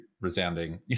resounding